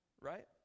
right